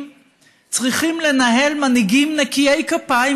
צריכים לנהל מנהיגים נקיי כפיים,